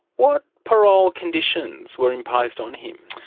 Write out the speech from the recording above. what parole conditions were imposed on him?